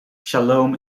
shalom